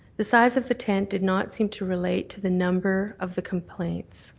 the size of the tent did not seem to relate to the number of the complaints.